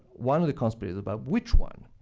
one of the conspirators. but which one?